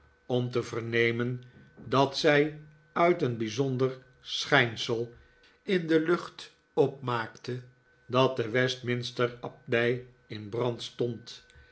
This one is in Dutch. om te vernemen dat zij uit een bijzonder schijnsel in de lucht opmaakte dat de westminster abdij in brand stond